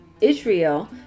Israel